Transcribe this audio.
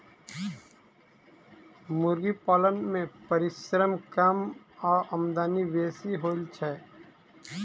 मुर्गी पालन मे परिश्रम कम आ आमदनी बेसी होइत छै